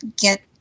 get